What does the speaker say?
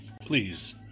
please